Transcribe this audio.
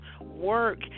work